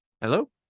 Hello